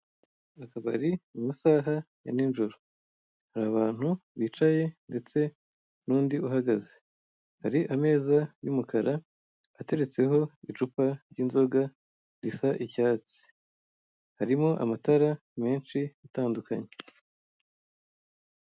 Mu kabari mu masaha ya ninjoro hari abantu bicaye ndetse n'undi uhagaze. Hari ameza y'umukara ateretseho icupa ry'inzoga risa icyatsi, harimo amatara menshi atandukanye.